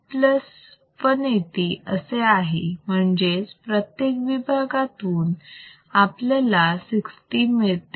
हे 180 plus 180 असे आहे म्हणजेच प्रत्येक विभागातून आपल्याला 60 मिळते